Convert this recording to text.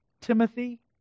Timothy